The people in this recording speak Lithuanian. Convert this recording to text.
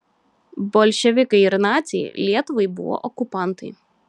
bolševikai ir naciai lietuvai buvo okupantai